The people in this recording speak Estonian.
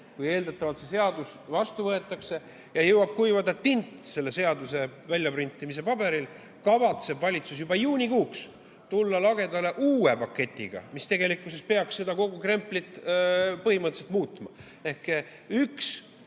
kui see seadus vastu võetakse ja jõuab kuivada tint selle seaduse väljatrüki paberil, kavatseb valitsus juba juunikuus tulla lagedale uue paketiga, mis tegelikkuses peaks kogu seda kremplit põhimõtteliselt muutma. Ehk üks